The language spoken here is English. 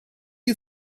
you